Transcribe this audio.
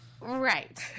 right